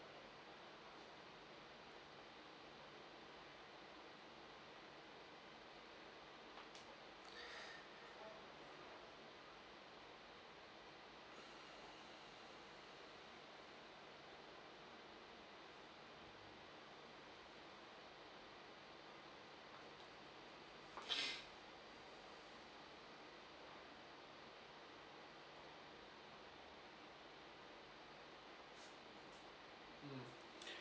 mm